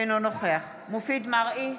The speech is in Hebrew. אינו נוכח מופיד מרעי,